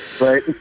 right